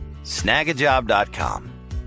Snagajob.com